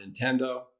Nintendo